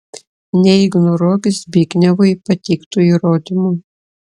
neignoruok zbignevui pateiktų įrodymų